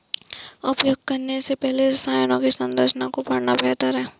उपयोग करने से पहले रसायनों की संरचना को पढ़ना बेहतर है